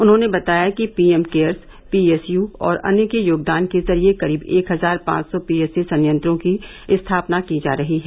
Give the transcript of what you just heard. उन्हें बताया गया कि पीएम केयर्स पीएसयू और अन्य के योगदान के जरिये करीब एक हजार पांच सौ पीएसए संयंत्रों की स्थापना की जा रही है